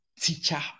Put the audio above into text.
teacher